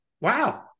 wow